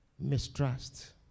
Mistrust